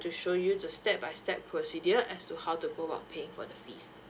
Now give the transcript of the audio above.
to show you the step by step procedure as to how to go about paying for the fees